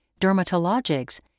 dermatologics